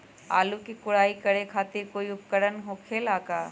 आलू के कोराई करे खातिर कोई उपकरण हो खेला का?